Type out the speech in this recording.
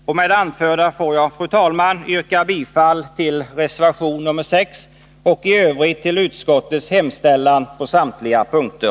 Med det anförda vill jag, fru talman, yrka bifall till reservation 6 och i Övrigt till utskottets hemställan på samtliga punkter.